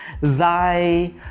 thy